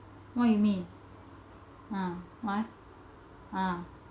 what you mean ah why ah